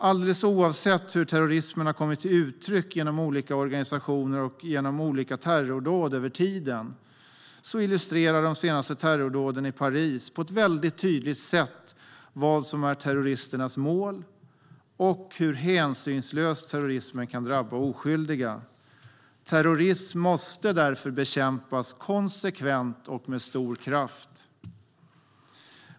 Alldeles oavsett hur terrorismen har kommit till uttryck genom olika organisationer och genom olika terrordåd över tiden illustrerar de senaste terrordåden i Paris på ett väldigt tydligt sätt vad som är terroristernas mål och hur hänsynslöst terrorismen kan drabba oskyldiga. Terrorism måste därför bekämpas konsekvent och med stor kraft.